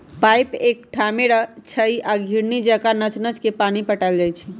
pipe एकठाम रहै छइ आ घिरणी जका नच नच के पानी पटायल जाइ छै